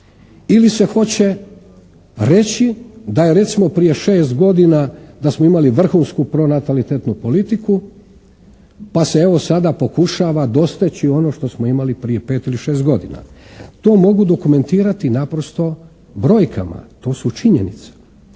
ili se hoće reći da je recimo prije 6 godina da smo imali vrhunsku pronatalitetnu politiku pa se evo sada pokušava dostići ono što smo imali prije 5 ili 6 godina. Tu mogu dokumentirati naprosto brojkama, to su činjenice.